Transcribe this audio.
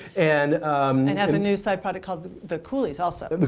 and and and has a new side product called the coolies also. the